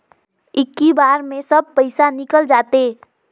इक्की बार मे सब पइसा निकल जाते?